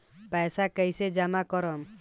पैसा कईसे जामा करम?